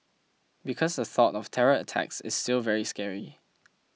because the thought of terror attacks is still very scary